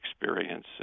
experience